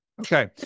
Okay